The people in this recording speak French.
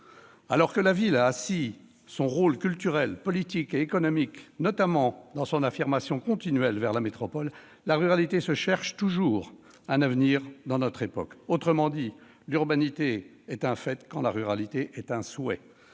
Alors que la ville a assis son rôle culturel, politique et économique, notamment dans son affirmation continuelle vers la métropole, la ruralité se cherche toujours un avenir dans notre époque. En d'autres termes, l'urbanité est un fait, quand la ruralité est un souhait.